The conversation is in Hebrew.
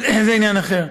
אבל זה עניין אחר.